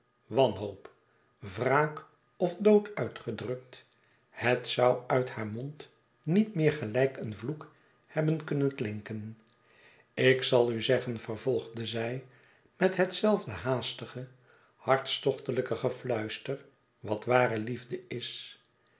wanhoop wraak of dood uitgedrukt het zou uit haar mond met meer gelijk een vloek hebben kunnen klinken ik zal u zeggen vervolgde zij met hetzelfde haastige hartstochtelijke gefluister wat ware liefde is